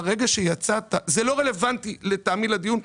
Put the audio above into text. מהרגע שיצאת זה לא רלוונטי לטעמי לדיון,